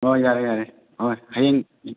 ꯍꯣꯏ ꯌꯥꯔꯦ ꯌꯥꯔꯦ ꯍꯣꯏ ꯍꯌꯦꯡ